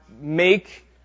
make